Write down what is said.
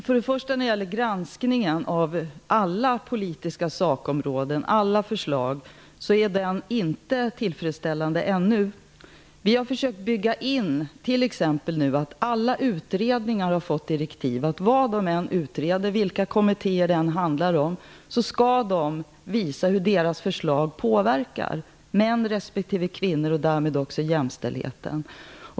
Fru talman! Det här att alla förslag inom alla politiska sakområden skall granskas är något som ännu inte fungerar tillfredsställande. Men vi har försökt att bygga in detta; t.ex. har alla utredningar - vad de än utreder och vilka kommittéer det än handlar om - fått direktiv om att visa hur deras förslag påverkar män respektive kvinnor och därmed också jämställdheten.